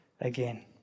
again